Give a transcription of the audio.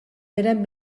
eren